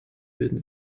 würden